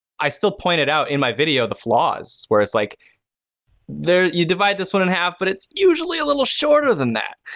i still pointed out in my video, the flaws, where it's like you you divide this one in half but it's usually a little shorter than that.